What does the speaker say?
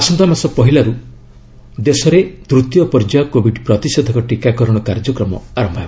ଆସନ୍ତାମାସ ପହିଲାରୁ ଦେଶରେ ତୃତୀୟ ପର୍ଯ୍ୟାୟ କୋବିଡ ପ୍ରତିଷେଧକ ଟିକାକରଣ କାର୍ଯ୍ୟକ୍ରମ ଆରମ୍ଭ ହେବ